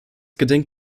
gedenkt